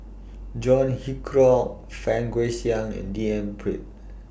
John Hitchcock Fang Guixiang and D N Pritt